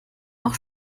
noch